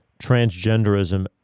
transgenderism